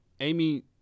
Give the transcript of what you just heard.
Amy